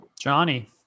Johnny